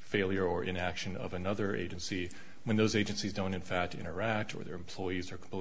failure or inaction of another agency when those agencies don't in fact interact with their employees are completely